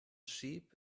sheep